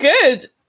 good